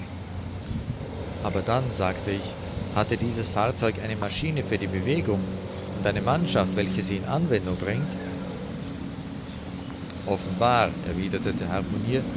aber dann sagte ich hatte dieses fahrzeug eine maschine für die bewegung und eine mannschaft welche sie in anwendung bringt offenbar erwiderte der